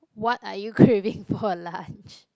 what are you craving for lunch